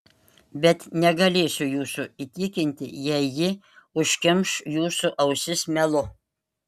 bet negalėsiu jūsų įtikinti jei ji užkimš jūsų ausis melu